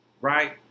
right